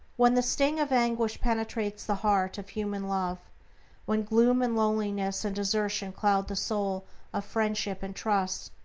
when the sting of anguish penetrates the heart of human love when gloom and loneliness and desertion cloud the soul of friendship and trust,